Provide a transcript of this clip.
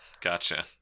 Gotcha